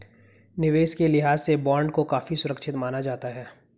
निवेश के लिहाज से बॉन्ड को काफी सुरक्षित माना जाता है